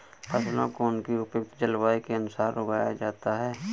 फसलों को उनकी उपयुक्त जलवायु के अनुसार उगाया जाता है